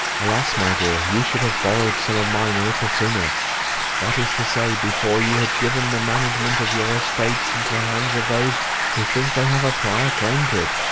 alas! my dear, you should have borrowed some of mine a little sooner that is to say, before you had given the management of your estate into the hands of those who think they have a prior claim to it.